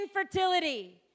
infertility